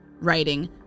writing